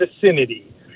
vicinity